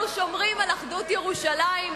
אנחנו שומרים על אחדות ירושלים.